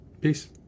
peace